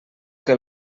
que